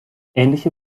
ähnliche